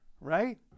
right